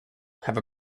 have